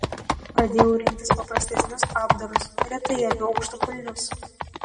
pradėjau rinktis paprastesnius apdarus retai aviu aukštakulnius